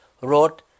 wrote